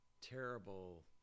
terrible